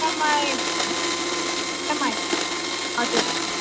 MI MI हजुर